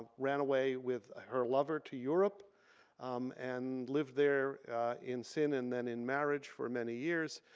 ah ran away with her lover to europe and lived there in sin and then in marriage for many years.